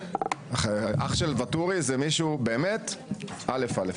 אח של ואטורי זה מישהו באמת א'-א'.